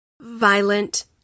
Violent